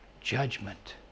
judgment